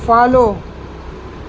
follow